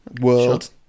world